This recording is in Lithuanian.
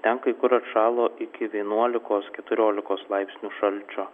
ten kai kur atšalo iki vienuolikos keturiolikos laipsnių šalčio